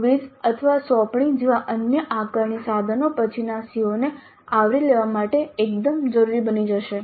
તેથી ક્વિઝ અથવા સોંપણી જેવા અન્ય આકારણી સાધનો પછીના CO ને આવરી લેવા માટે એકદમ જરૂરી બની જશે